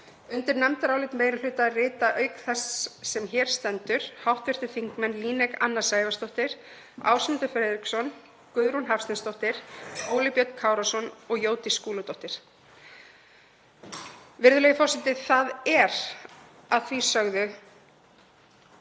Undir nefndarálit meiri hluta rita auk þeirrar sem hér stendur, hv. þingmenn Líneik Anna Sævarsdóttir, Ásmundur Friðriksson, Guðrún Hafsteinsdóttir, Óli Björn Kárason og Jódís Skúladóttir. Virðulegi forseti. Að því sögðu